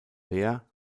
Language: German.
bär